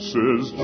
Says